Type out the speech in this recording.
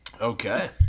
Okay